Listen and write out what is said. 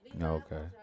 Okay